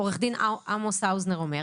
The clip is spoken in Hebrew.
כמו שעורך דין האוזנר אומר,